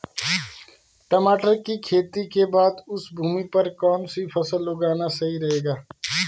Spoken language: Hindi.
टमाटर की खेती के बाद उस भूमि पर कौन सी फसल उगाना सही रहेगा?